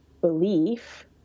belief